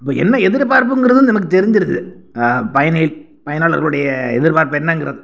இப்போ என்ன எதிர்பார்ப்பிங்குறது நமக்கு தெரிஞ்சிருது பயனில் பயனாளர்களுடைய எதிர்பார்ப்பு என்னங்குறது